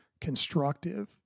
constructive